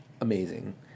amazing